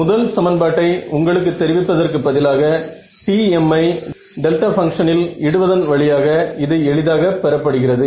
முதல் சமன்பாட்டை உங்களுக்கு தெரிவிப்பதற்கு பதிலாக Tm ஐ டெல்டா பங்க்ஷனில் இடுவதன் வழியாக இது எளிதாக பெற படுகிறது